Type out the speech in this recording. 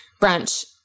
brunch